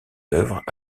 œuvres